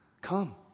Come